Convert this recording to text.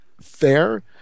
fair